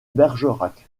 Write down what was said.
bergerac